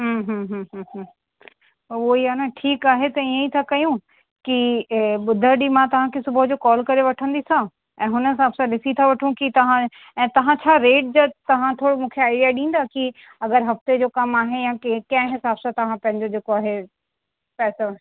हम्म हम्म हम्म हम्म उहो ई आहे ठीकु आहे इअं ई था कयूं कि ॿुधर ॾींहं मां तव्हांखे सुबुह जो कॉल करे वठंदीसांव ऐं हुन हिसाब सां ॾिसी था वठूं कि तव्हां ऐं तव्हां छा रेट जा तव्हां थोरो मूंखे आइडिया ॾींदा कि अगरि हफ़्ते जो कमु आहे या कंहिं हिसाब सां तव्हां पंहिंजो जेको आहे पैसा